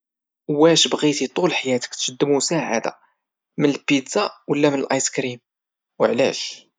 واش تبغي تكون عندك القدره باش تقرا العقول ولا تحرك في البلاصة وعلاش؟